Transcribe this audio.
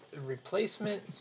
replacement